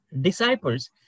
disciples